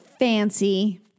Fancy